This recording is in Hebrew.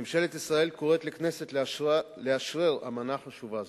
ממשלת ישראל קוראת לכנסת לאשרר אמנה חשובה זו.